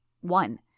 One